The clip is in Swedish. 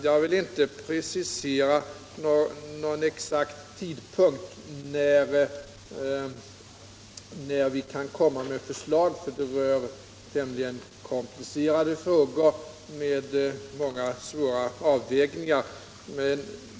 Jag vill inte precisera någon tidpunkt när vi kan lägga fram förslag, eftersom det rör tämligen komplicerade frågor med många svåra avvägningar.